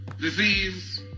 disease